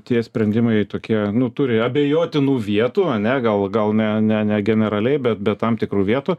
tie sprendimai tokie nu turi abejotinų vietų ane gal gal ne ne negeneraliai bet be tam tikrų vietų